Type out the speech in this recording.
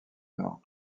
nord